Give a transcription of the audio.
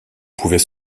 pouvait